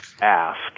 ask